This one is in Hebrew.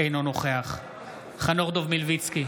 אינו נוכח חנוך דב מלביצקי,